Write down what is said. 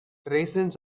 raisins